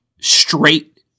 straight